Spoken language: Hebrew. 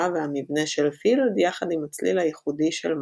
והמבנה של פילד יחד עם הצליל הייחודי של מוצרט.